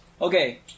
Okay